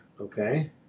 Okay